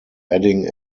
adding